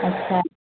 اچھا